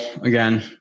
again